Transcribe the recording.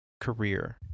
career